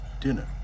Dinner